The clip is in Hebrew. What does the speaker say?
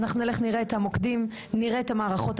אנחנו נלך, נראה את המוקדים, נראה את המערכות.